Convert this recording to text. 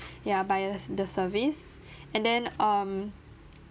ya by the the service and then um